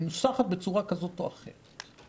מנוסחת בצורה כזו או אחרת,